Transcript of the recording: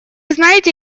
знаете